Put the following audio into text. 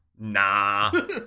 nah